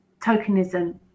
tokenism